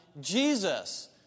Jesus